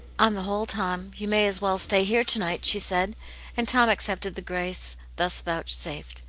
on the whole, tom, you may as well stay here to-night, she said and tom accepted the grace thus vouchsafed,